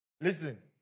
Listen